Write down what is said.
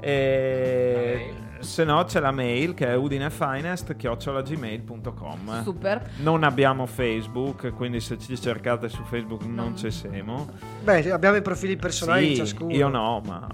Eh, La mail. se no c'è la mail, che è udinefinest@gmail.com. Super. Non abbiamo Facebook, quindi se ci cercate su Facebook No. non ci siamo. Beh, abbiamo i profili personali di Sì, ciascuno. io no, ma-